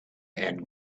and